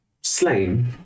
slain